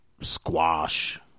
Squash